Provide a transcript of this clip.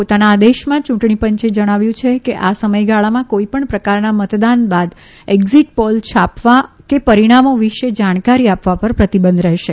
પોતાના આદેશમાં ચૂંટણી પંચે કહ્યું કે આ સમયગાળામાં કોઈપણ પ્રકારના મતદાન બાદ એક્ઝીટ પોલ છાપવા કે પરિણામો વિશે જાણકારી આપવા પર પ્રતિબંધ રહેશે